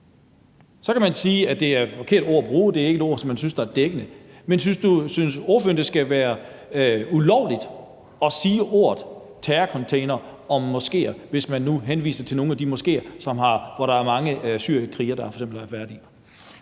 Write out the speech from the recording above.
at man synes, at det er et forkert ord at bruge; at det ikke er et ord, som man synes er dækkende. Men synes ordføreren, at det skal være ulovligt at sige ordet terrorcontainer om moskéer, hvis man nu henviser til nogle af de moskéer, som der f.eks. er mange syrienkrigere der har været